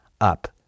up